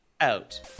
Out